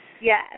Yes